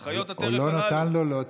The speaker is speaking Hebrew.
את חיות הטרף הללו.